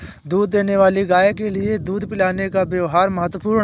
दूध देने वाली गाय के लिए दूध पिलाने का व्यव्हार महत्वपूर्ण है